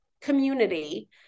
community